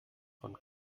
von